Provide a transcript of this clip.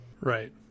Right